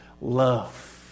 love